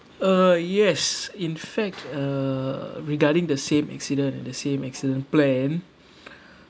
uh yes in fact uh regarding the same accident the same excellent plan